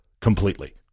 completely